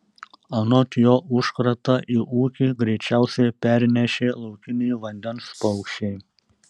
anot jo užkratą į ūkį greičiausiai pernešė laukiniai vandens paukščiai